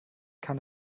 kann